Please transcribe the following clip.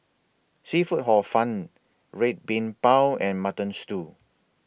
Seafood Hor Fun Red Bean Bao and Mutton Stew